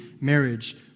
marriage